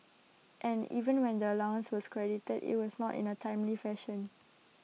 and even when the allowance was credited IT was not in A timely fashion